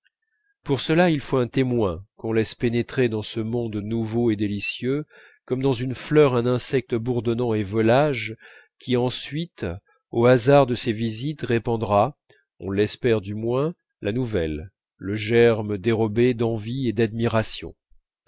pour cela il faut un témoin qu'on laisse pénétrer dans ce monde nouveau et délicieux comme dans une fleur un insecte bourdonnant et volage qui ensuite au hasard de ses visites répandra on l'espère du moins la nouvelle le germe dérobé d'envie et d'admiration